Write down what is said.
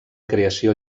creació